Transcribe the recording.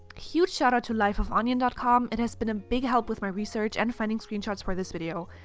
huge shout out to lifeofonion com, it has been a big help with my research and finding screenshots for this video.